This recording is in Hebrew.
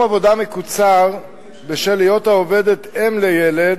יום עבודה מקוצר בשל היות העובדת אם לילד,